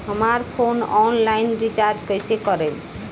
हमार phone online recharge कईसे करेम?